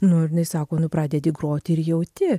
nu ir jinai sako nu pradedi groti ir jauti